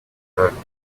abaganga